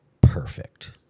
perfect